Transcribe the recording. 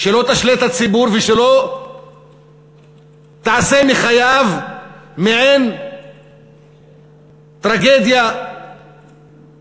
שלא תשלה את הציבור ושלא תעשה מחייו מעין טרגדיה בין-לאומית.